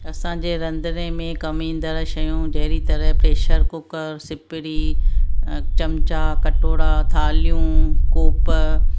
असांजे रंधिणे में कमु ईंदड़ शयूं जहिड़ी तरह प्रेशर कूकरु सिपरी चमचा कटोरा थाल्हियूं कोप